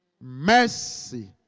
Mercy